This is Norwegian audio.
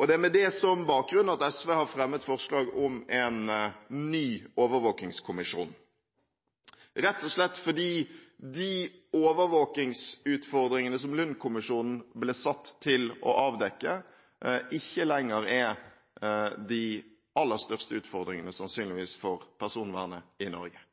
Det er med dette som bakgrunn at SV har fremmet forslag om en ny overvåkingskommisjon, rett og slett fordi de overvåkingsutfordringene som Lund-kommisjonen ble satt til å avdekke, sannsynligvis ikke lenger er de aller største utfordringene for personvernet i Norge.